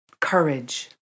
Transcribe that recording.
courage